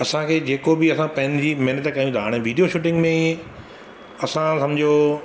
असांखे जेको बि असां पंहिंजी महिनतु कयूं था हाणे वीडियो शूटींग में असां सम्झो